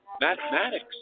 mathematics